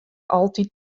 altyd